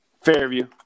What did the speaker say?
Fairview